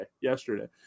yesterday